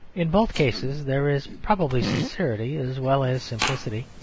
in both cases there is probably sincerity as well as simplicity.